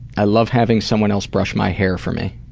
i love having someone else brush my hair for me.